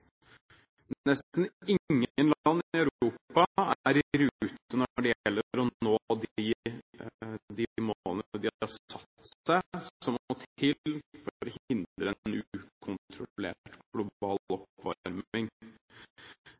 Nesten ingen land i Europa er i rute når det gjelder å nå de målene de har satt seg for å hindre en ukontrollert global oppvarming. Riktignok er det